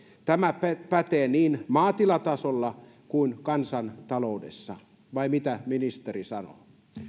tämä pätee niin maatilatasolla kuin kansantaloudessa vai mitä ministeri sanoo